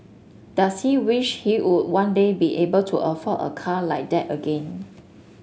does he wish he would one day be able to afford a car like that again